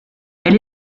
elle